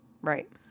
Right